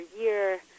year